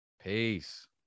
Peace